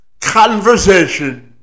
conversation